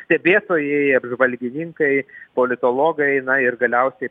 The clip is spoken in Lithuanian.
stebėtojai apžvalgininkai politologai na ir galiausiai